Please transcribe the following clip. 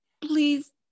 please